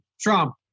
Trump